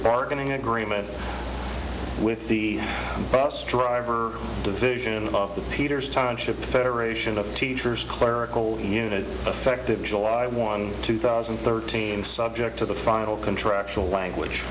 bargaining agreement with the bus driver division of the peters timeship federation of teachers clerical unit effective july one two thousand and thirteen subject to the final contractual language